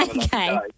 Okay